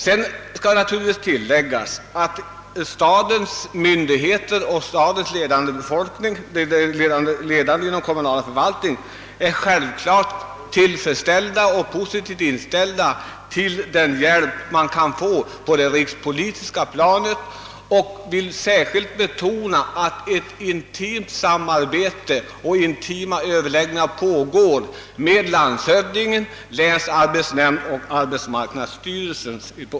Det bör naturligtvis tilläggas att stadens myndigheter och de ledande inom den kommunala förvaltningen är tillfredsställda och positivt inställda till den hjälp som kan fås på det rikspolitiska planet, och jag vill särskilt betona att ett intimt samarbete pågår med landshövdingen, länsarbetsnämnden och arbetsmarknadsstyrelsen.